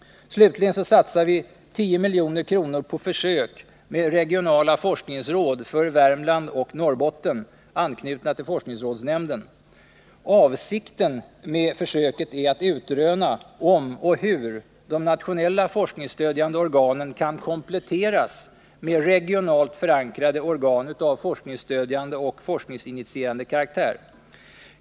Slutligen satsar vi 10 milj.kr. på försök med regionala forskningsråd för Värmland och Norrbotten, anknutna till forskningsrådsnämnden. Avsikten med försöket är att utröna om och hur de nationella forskningsstödjande organen kan kompletteras med regionalt förankrade organ av forskningsstödjande och forskningsinitierande karaktär.